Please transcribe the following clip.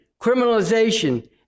criminalization